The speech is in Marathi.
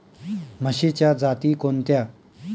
म्हशीच्या जाती कोणत्या?